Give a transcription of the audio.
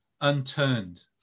unturned